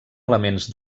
elements